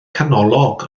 canolog